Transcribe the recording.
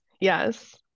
Yes